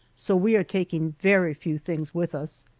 so we are taking very few things with us.